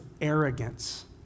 arrogance